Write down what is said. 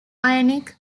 ironic